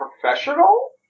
professional